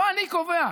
ולא אני קובע,